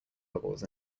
bubbles